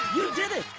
did it.